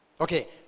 Okay